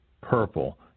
purple